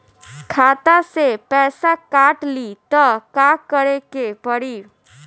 खाता से पैसा काट ली त का करे के पड़ी?